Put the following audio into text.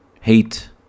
hate